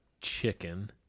chicken